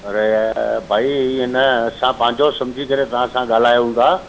अड़े भाई इअं न असां पंहिंजो समुझी करे तव्हां सां ॻाल्हायूं था